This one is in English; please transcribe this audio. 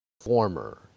former